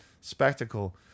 spectacle